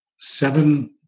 seven